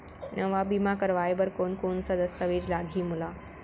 नवा बीमा करवाय बर कोन कोन स दस्तावेज लागही मोला?